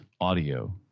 audio